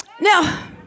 Now